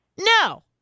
No